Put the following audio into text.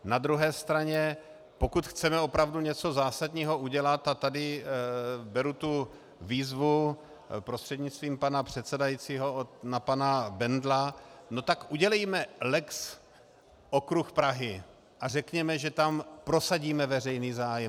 Na druhé straně pokud chceme opravdu něco zásadního udělat, a tady beru tu výzvu prostřednictvím pana předsedajícího na pana Bendla, tak udělejme lex okruh Prahy a řekněme, že tam prosadíme veřejný zájem.